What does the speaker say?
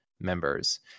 members